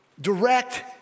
Direct